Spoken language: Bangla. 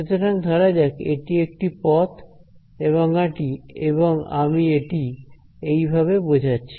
সুতরাং ধরা যাক এটি একটি পথ এবং আমি এটি এইভাবে বোঝাচ্ছি